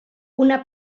una